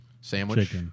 sandwich